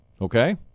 Okay